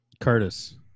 Curtis